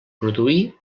produir